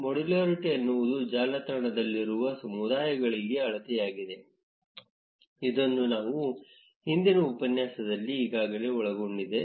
modularity ಎನ್ನುವುದು ಜಾಲತಾಣದಲ್ಲಿರುವ ಸಮುದಾಯಗಳಿಗೆ ಅಳತೆಯಾಗಿದೆ ಇದನ್ನು ನಾವು ಹಿಂದಿನ ಉಪನ್ಯಾಸದಲ್ಲಿ ಈಗಾಗಲೇ ಒಳಗೊಂಡಿದೆ